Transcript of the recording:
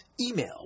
Email